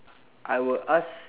I will ask